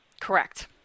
correct